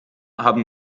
haben